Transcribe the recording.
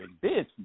business